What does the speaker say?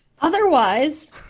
Otherwise